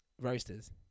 roasters